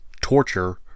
torture